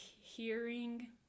hearing